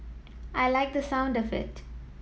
I liked the sound of it